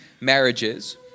marriages